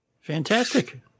Fantastic